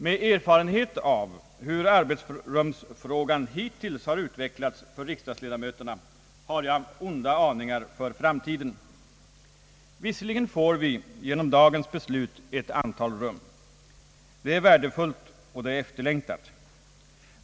Med erfarenhet av hur arbetsrumsfrågan hittills utvecklats för riksdagsledamöterna har jag onda aningar för framtiden. Visserligen får vi genom dagens beslut ett antal rum, Detta är värdefullt och efterlängtat.